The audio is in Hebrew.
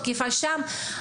תקיפה שם,